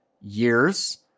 years